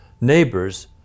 neighbors